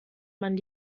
man